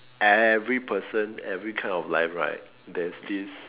every person every kind of life that right there's this